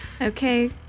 okay